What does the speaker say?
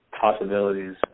possibilities